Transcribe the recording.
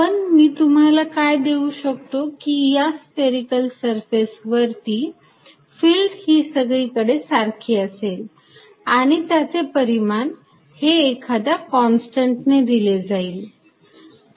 पण मी तुम्हाला काय देऊ शकतो की या स्पेरीकल सरफेस वरती फिल्ड ही सगळीकडे सारखी असेल आणि त्याचे परिमाण हे एखाद्या कॉन्स्टंट ने दिले जाईल